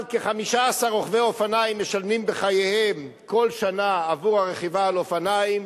אבל כ-15 רוכבי אופניים משלמים בחייהם כל שנה עבור הרכיבה על אופניים,